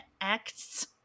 acts